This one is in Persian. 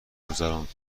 گذراند